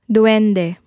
Duende